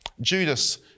Judas